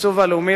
בתקצוב הלאומי,